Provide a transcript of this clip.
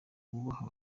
wubaha